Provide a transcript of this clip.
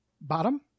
Bottom